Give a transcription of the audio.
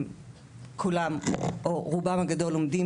הם רובם הגדול עומדים